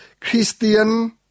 Christian